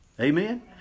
Amen